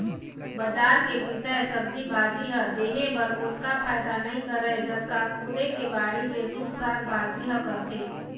बजार के बिसाए सब्जी भाजी ह देहे बर ओतका फायदा नइ करय जतका खुदे के बाड़ी के सुद्ध साग भाजी ह करथे